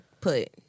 put